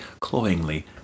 cloyingly